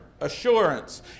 assurance